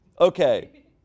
Okay